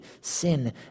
sin